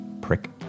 Prick